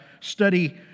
study